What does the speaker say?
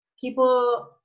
people